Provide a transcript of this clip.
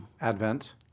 Advent